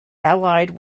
allied